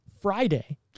Friday